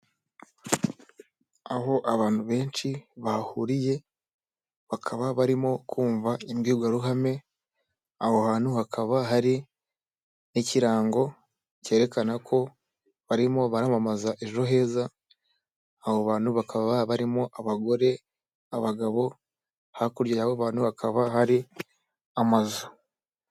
Aho abantu benshi bahuriye bakaba barimo kumva imbwirwaruhame, aho hantu hakaba hari ikirango cyerekana ko barimo baramamaza ejo heza, abo bantu bakaba barimo abagore, abagabo, hakurya yabo abantu hakaba hari amazu.